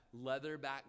leatherback